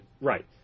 Right